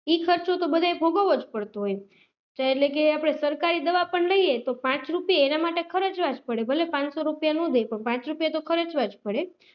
એ ખર્ચો તો બધાએ ભોગવવો જ પડતો હોય તો એટલે કે આપણે સરકારી દવા પણ લઈએ તો પાંચ રૂપિયે એના માટે ખર્ચવા પડે ભલે પાંચસો રૂપિયા ના દે તો પાંચ રૂપિયા તો ખર્ચવા જ પડે